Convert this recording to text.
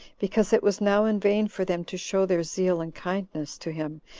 because it was now in vain for them to show their zeal and kindness to him,